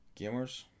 Gamers